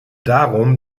darum